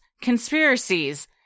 conspiracies